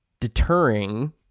deterring